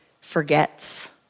forgets